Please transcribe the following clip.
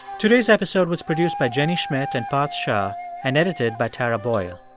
today's episode was produced by jenny schmidt and parth shah and edited by tara boyle.